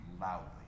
loudly